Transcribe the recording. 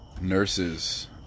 nurses